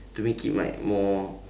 to make it like more